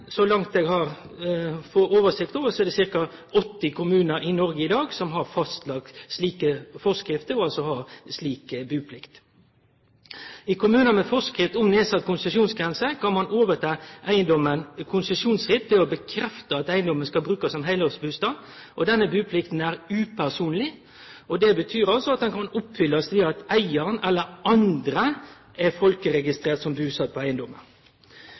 så langt eg har oversikt over, er det i dag ca. 80 kommunar i Noreg som har fastsett slike forskrifter, og som altså har slik buplikt. I kommunar med forskrift om nedsett konsesjonsgrense kan ein overta eigedommen konsesjonsfritt ved å bekrefte at eigedommen skal brukast som heilårsbustad. Denne buplikta er upersonleg, og det betyr at ho kan oppfyllast ved at eigaren eller andre er folkeregistrerte som busette på